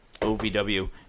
OVW